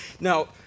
Now